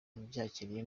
nabyakiriye